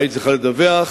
מה היא צריכה לדווח?